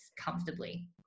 comfortably